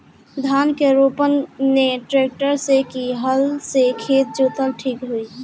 धान के रोपन मे ट्रेक्टर से की हल से खेत जोतल ठीक होई?